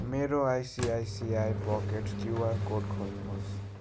मेरो ICICI pocket QR code खोल्नुहोस्